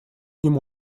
ним